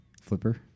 Flipper